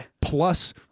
Plus